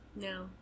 No